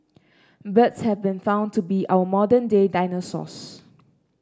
birds have been found to be our modern day dinosaurs